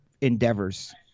endeavors